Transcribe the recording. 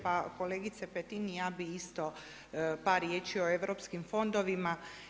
Pa kolegice Petin ja bi isto par riječi o europskim fondovima.